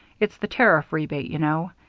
it's the tariff rebate, you know.